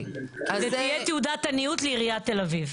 זו תהיה תעודת עניות לעירית תל אביב.